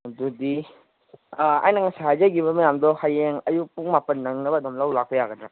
ꯑꯗꯨꯗꯤ ꯑꯩꯅ ꯉꯁꯥꯏ ꯍꯥꯏꯖꯈꯤꯕ ꯃꯌꯥꯝꯗꯣ ꯍꯌꯦꯡ ꯑꯌꯨꯛ ꯄꯨꯡ ꯃꯥꯄꯟ ꯅꯪꯅꯕ ꯑꯗꯨꯝ ꯂꯧ ꯂꯥꯛꯄ ꯌꯥꯒꯗ꯭ꯔꯥ